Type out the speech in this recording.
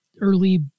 early